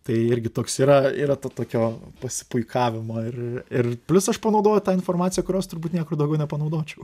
tai irgi toks yra yra to tokio pasipuikavimo ir ir plius aš panaudoju tą informaciją kurios turbūt niekur daugiau nepanaudočiau